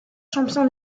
champion